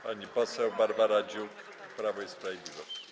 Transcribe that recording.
Pani poseł Barbara Dziuk, Prawo i Sprawiedliwość.